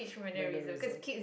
mannerism